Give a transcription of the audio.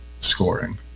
scoring